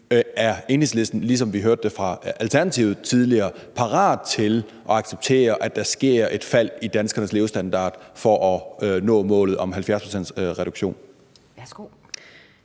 Er Enhedslisten, ligesom vi hørte det fra Alternativet tidligere, parat til at acceptere, at der sker et fald i danskernes levestandard for at nå målet om en 70-procentsreduktion? Kl.